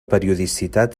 periodicitat